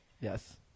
yes